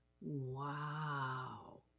Wow